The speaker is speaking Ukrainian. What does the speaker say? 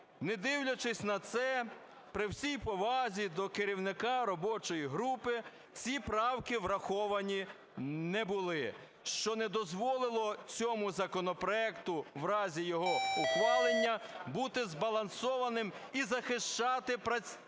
Не дивлячись на це, при всій повазі до керівника робочої групи, ці правки враховані не були, що не дозволило цьому законопроекту в разі його ухвалення бути збалансованим і захищати права